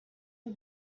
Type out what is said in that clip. the